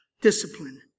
Discipline